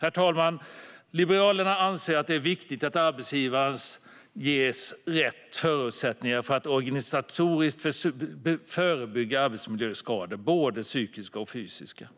Herr talman! Liberalerna anser att det är viktigt att arbetsgivare ges rätt förutsättningar för att organisatoriskt förebygga arbetsmiljöskador, både psykiska och fysiska.